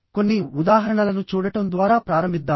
కొన్ని ఉదాహరణలను చూడటం ద్వారా ప్రారంభిద్దాం